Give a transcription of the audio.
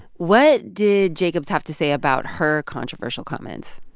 what did jacobs have to say about her controversial comments?